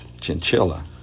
Chinchilla